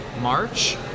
March